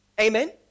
Amen